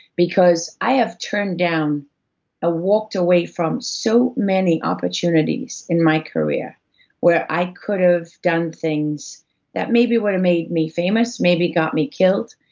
because i have turned down and walked away from so many opportunities in my career where i could've done things that maybe would've made me famous, maybe got me killed,